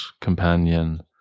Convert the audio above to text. companion